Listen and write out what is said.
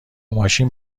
ماشین